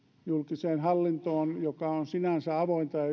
julkiseen hallintoon joka on sinänsä avointa ja